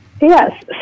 Yes